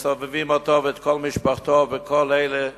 שסובבים אותו, ואת כל משפחתו, ואת כל אלה שמסביבו.